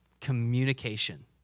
communication